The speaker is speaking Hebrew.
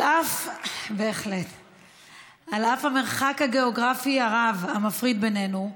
על אף המרחק הגיאוגרפי הרב המפריד בינינו,